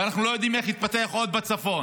ואנחנו לא יודעים איך יתפתח עוד בצפון,